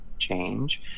change